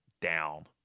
down